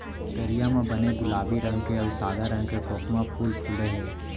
तरिया म बने गुलाबी रंग के अउ सादा रंग के खोखमा फूल फूले हे